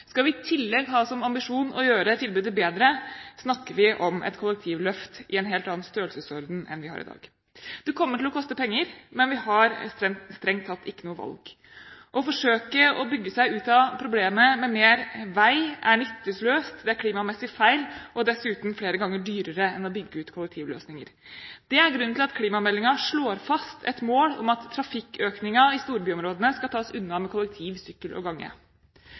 Skal vi i tillegg ha som ambisjon å gjøre tilbudet bedre, snakker vi om et kollektivløft i en helt annen størrelsesorden enn vi har i dag. Det kommer til å koste penger, men vi har strengt tatt ikke noe valg. Å forsøke å bygge seg ut av problemet med mer vei, er nytteløst, det er klimamessig feil og dessuten flere ganger dyrere enn å bygge ut kollektivløsninger. Det er grunnen til at klimameldingen slår fast et mål om at trafikkøkningen i storbyområdene skal tas unna med kollektivtransport, sykkel og gange.